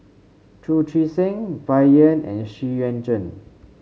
Chu Chee Seng Bai Yan and Xu Yuan Zhen